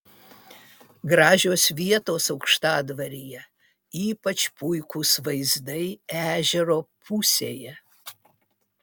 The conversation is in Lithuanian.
gražios vietos aukštadvaryje ypač puikūs vaizdai ežero pusėje